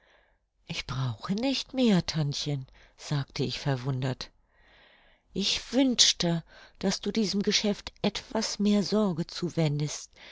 ich brauche nicht mehr tantchen sagte ich verwundert ich wünschte daß du diesem geschäft etwas mehr sorge zuwendest